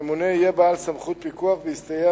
הממונה יהיה בעל סמכות פיקוח ויסתייע